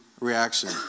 reaction